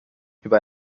über